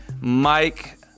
Mike